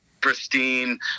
pristine